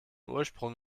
ursprung